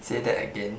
say that again